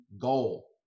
goal